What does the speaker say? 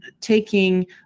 taking